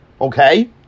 okay